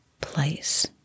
place